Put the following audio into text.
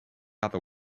other